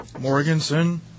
Morganson